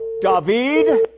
David